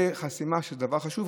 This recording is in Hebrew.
ודבר חשוב,